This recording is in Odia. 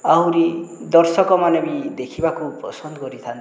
ଆହୁରି ଦର୍ଶକମାନେ ବି ଦେଖିବାକୁ ପସନ୍ଦ କରିଥାନ୍ତି